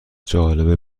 جالبه